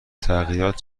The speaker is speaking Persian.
تغییرات